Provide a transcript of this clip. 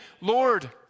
Lord